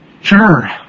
Sure